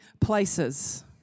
places